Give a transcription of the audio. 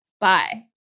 Bye